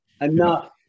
enough